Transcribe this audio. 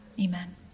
Amen